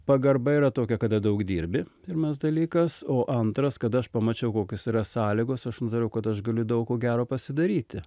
pagarba yra tokia kada daug dirbi pirmas dalykas o antras kada aš pamačiau kokios yra sąlygos aš nutariau kad aš galiu daug ko gero pasidaryti